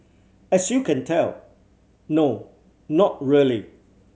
as you can tell no not really